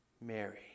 Mary